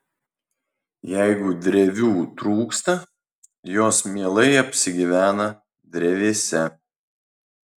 jeigu drevių trūksta jos mielai apsigyvena drevėse